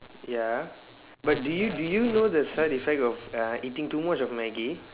ya but do you do you know the side effects uh of eating too much of Maggi